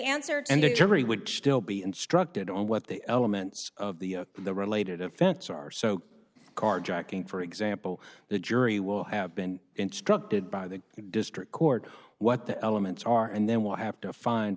to the jury would still be instructed on what the elements of the the related offense are so carjacking for example the jury will have been instructed by the district court what the elements are and then will have to find